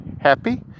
Happy